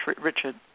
Richard